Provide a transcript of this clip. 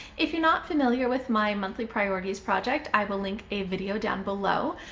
if you're not familiar with my monthly priorities project i will link a video down below,